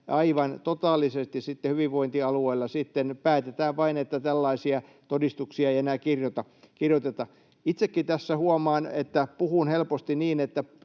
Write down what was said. aivan totaalisesti hyvinvointialueilla vain päätetään, että tällaisia todistuksia ei enää kirjoiteta. Itsekin tässä huomaan, että puhun helposti niin,